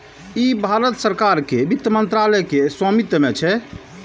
ई भारत सरकार के वित्त मंत्रालय के स्वामित्व मे छै